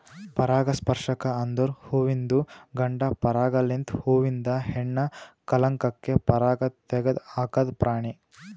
ಪರಾಗಸ್ಪರ್ಶಕ ಅಂದುರ್ ಹುವಿಂದು ಗಂಡ ಪರಾಗ ಲಿಂತ್ ಹೂವಿಂದ ಹೆಣ್ಣ ಕಲಂಕಕ್ಕೆ ಪರಾಗ ತೆಗದ್ ಹಾಕದ್ ಪ್ರಾಣಿ